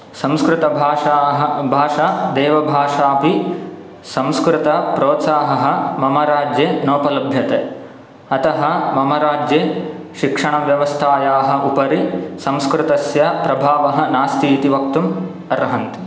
संस्कृतभाषाः भाषा देवभाषापि संस्कृतप्रोत्साहः मम राज्ये नोपलभ्यते अतः मम राज्ये शिक्षणव्यवस्थायाः उपरि संस्कृतस्य प्रभावः नास्तीति वक्तुम् अर्हन्ति